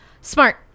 smart